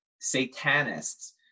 satanists